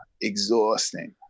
exhausting